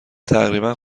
تقریبا